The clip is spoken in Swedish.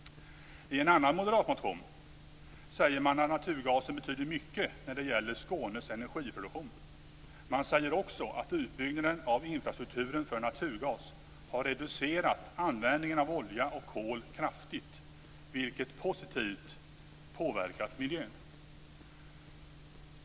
I en annan moderatmotion säger man att naturgasen betyder mycket för Skånes energiproduktion. Man säger också att utbyggnaden av infrastrukturen för naturgas har reducerat användningen av olja och kol kraftigt, vilket positivt påverkat miljön.